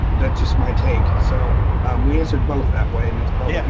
that's just my take. so we answered both that way and that's probably yeah